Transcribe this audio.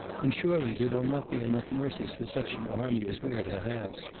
and surely there will not be enough nurses for such an army as we are to have.